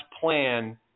plan